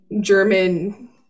german